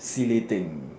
felating